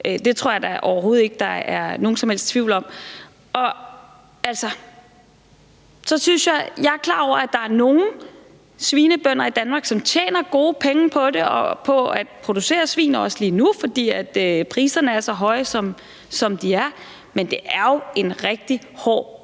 det tror jeg da overhovedet ikke der er nogen som helst tvivl om. Altså, jeg er klar over, at der er nogle svinebønder i Danmark, som tjener gode penge på det, altså på at producere svin, også lige nu, fordi priserne er så høje, som de er, men det er jo en rigtig hård branche.